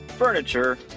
furniture